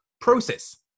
process